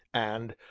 and,